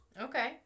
Okay